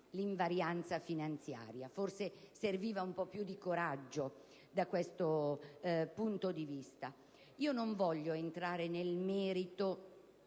invarianza finanziaria: forse serviva un po' più di coraggio da questo punto di vista. Non voglio entrare nel merito